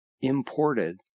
imported